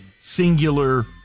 singular